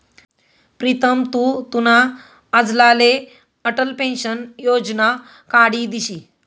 प्रीतम तु तुना आज्लाले अटल पेंशन योजना काढी दिशी